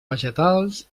vegetals